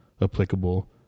applicable